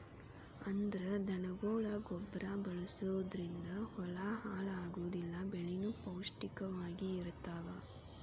ಅಂದ್ರ ದನಗೊಳ ಗೊಬ್ಬರಾ ಬಳಸುದರಿಂದ ಹೊಲಾ ಹಾಳ ಆಗುದಿಲ್ಲಾ ಬೆಳಿನು ಪೌಷ್ಟಿಕ ವಾಗಿ ಇರತಾವ